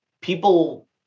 people